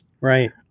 right